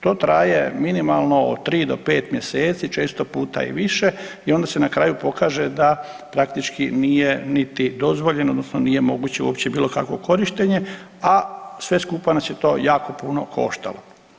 To traje minimalno od 3 do 5 mjeseci često puta i više i onda se na kraju pokaže da praktički nije niti dozvoljeno odnosno nije moguće uopće bilo kakvo korištenje, a sve skupa nas je to jako puno koštalo.